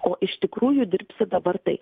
o iš tikrųjų dirbsi dabar tai